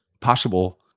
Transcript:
possible